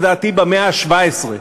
לדעתי במאה ה-17.